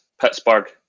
Pittsburgh